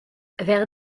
vers